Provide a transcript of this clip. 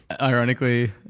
Ironically